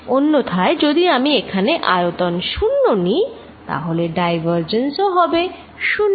অন্যথায় যদি আমি এখানে আয়তন শূন্য নিই তাহলে ডাইভারজেন্স হবে 0